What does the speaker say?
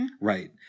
right